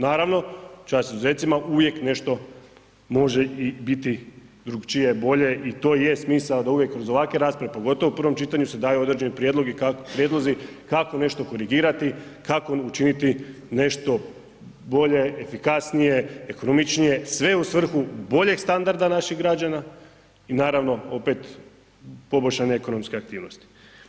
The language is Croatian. Naravno, čast izuzecima uvijek nešto može biti drukčije, bolje i to je smisao da kroz ovakve rasprave, pogotovo u prvom čitanju se daju određeni prijedlozi kako nešto korigirati, kako učiniti nešto bolje, efikasnije, ekonomičnije, sve u svrhu boljeg standarda naših građana i naravno opet poboljšane ekonomske aktivnosti.